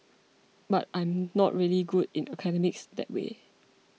but I'm not really good in academics that way